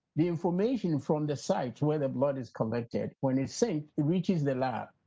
the information from the site, where the blood is collected, when it's safe, reaches the lab.